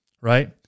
right